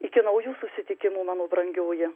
iki naujų susitikimų mano brangioji